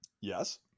Yes